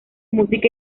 música